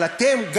אבל אתם,